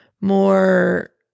more